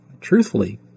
Truthfully